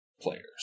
players